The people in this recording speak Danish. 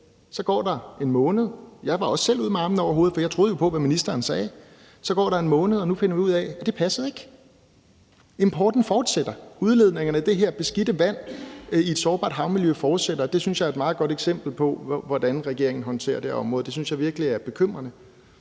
Så går der en måned, og nu finder vi ud af, at det ikke passede. Importen fortsætter. Udledningerne af det her beskidte vand i et sårbart havmiljø fortsætter, og det synes jeg er et meget godt eksempel på, hvordan regeringen håndterer det her område, og det synes jeg virkelig er bekymrende.